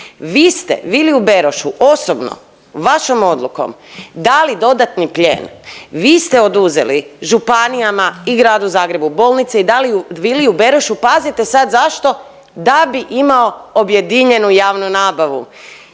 vi ste Viliju Berošu osobno vašom odlukom dali dodatni plijen, vi ste oduzeli županijama i Gradu Zagrebu bolnice i dali ju Viliju Berošu, pazite sad zašto, da bi imao objedinjenu javnu nabavu